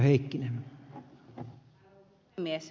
arvoisa puhemies